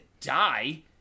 die